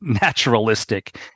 naturalistic